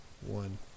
one